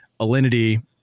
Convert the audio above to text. Alinity